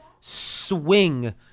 swing